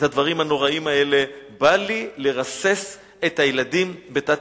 הדברים הנוראים האלה: בא לי לרסס את הילדים בתת-מקלע.